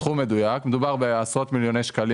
סכום מדויק, אבל מדובר בעשרות מיליוני שקלים